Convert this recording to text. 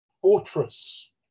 fortress